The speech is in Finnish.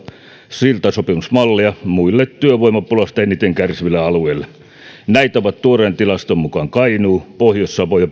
siltasopimusmallia muille työvoimapulasta eniten kärsiville alueille näitä ovat tuoreen tilaston mukaan kainuu pohjois savo ja